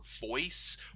voice